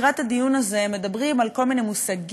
לקראת הדיון הזה מדברים על כל מיני מושגים,